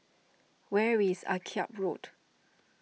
where is Akyab Road